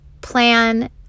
plan